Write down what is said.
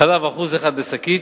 חלב 1% בשקית,